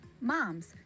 Moms